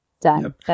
done